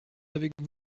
avec